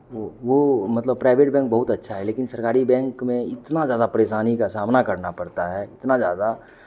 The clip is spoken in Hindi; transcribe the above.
वो वो मतलब प्राइवेट बैंक बहुत अच्छा है लेकिन सरकारी बैंक में इतना ज़्यादा परेशानी का सामना करना पड़ता है इतना ज़्यादा